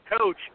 coach